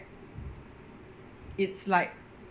it's like